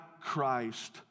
Christ